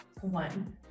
one